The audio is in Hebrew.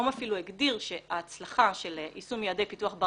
האו"ם אפילו הגדיר שההצלחה של יישום יעדי פיתוח בר